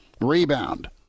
rebound